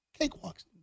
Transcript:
Cakewalks